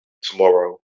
tomorrow